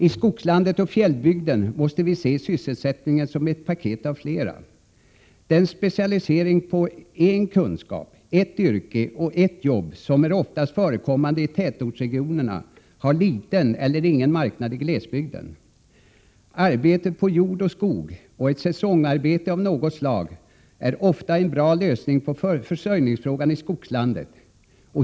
I skogslandet och fjällbygden måste vi se sysselsättningen som ett paket av flera. Den specialisering på en kunskap, ett yrke och ett jobb som är oftast förekommande i tätortsregionerna har liten eller ingen marknad i glesbygden. Arbetet med jord och skog och ett säsongarbete av något slag är ofta en bra lösning av försörjningsproblemet i skogslandet.